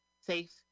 safe